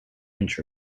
inch